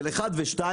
של 1 ו-2,